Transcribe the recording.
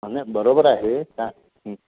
हां नाही बरोबर आहे काय